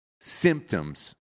symptoms